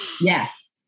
Yes